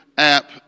app